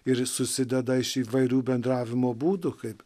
ir susideda iš įvairių bendravimo būdų kaip